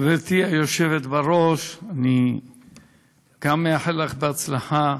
גברתי היושבת בראש, גם אני מאחל לך הצלחה,